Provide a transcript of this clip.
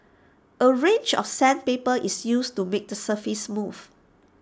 A range of sandpaper is used to make the surface smooth